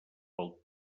pel